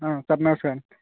ହଁ ସାର୍ ନମସ୍କାର